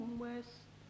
west